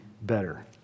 better